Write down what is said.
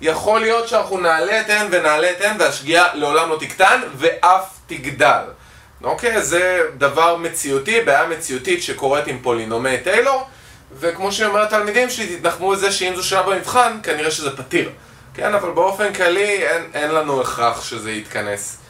יכול להיות שאנחנו נעלה את n ונעלה את n והשגיאה לעולם לא תקטן ואף תגדל זה דבר מציאותי בעיה מציאותית שקורית עם פולינומי טיילור וכמו שאני אומר התלמידים שלי תתנחמו לזה שאם זו שאלה במבחן כנראה שזה פתיר אבל באופן כללי אין לנו הכרח שזה יתכנס